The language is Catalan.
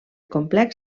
complex